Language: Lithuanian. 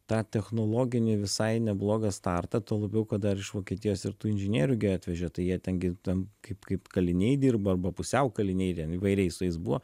tą technologinį visai neblogą startą tuo labiau kad dar iš vokietijos ir tų inžinierių gi atvežė tai jie ten gi tam kaip kaip kaliniai dirbo arba pusiau kaliniai įvairiai su jais buvo